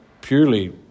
purely